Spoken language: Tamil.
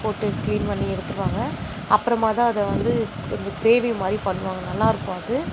போட்டு கிளீன் பண்ணி எடுத்துடுவாங்க அப்புறமாக தான் அதை வந்து கொஞ்சம் கிரேவி மாதிரி பண்ணுவாங்க நல்லாயிருக்கும் அது